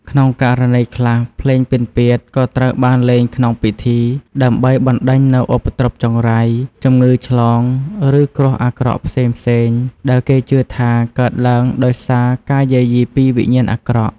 ក្នុងករណីខ្លះ ភ្លេងពិណពាទ្យក៏ត្រូវបានលេងក្នុងពិធីដើម្បីបណ្ដេញនូវឧបទ្រពចង្រៃ ជំងឺឆ្លង ឬគ្រោះអាក្រក់ផ្សេងៗ ដែលគេជឿថាកើតឡើងដោយសារការយាយីពីវិញ្ញាណអាក្រក់។